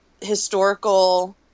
historical